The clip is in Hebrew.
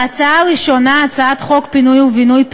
ההצעה הראשונה, הצעת חוק פינוי ובינוי (פיצויים)